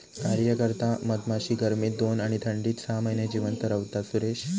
कार्यकर्ता मधमाशी गर्मीत दोन आणि थंडीत सहा महिने जिवंत रव्हता, सुरेश